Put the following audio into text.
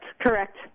correct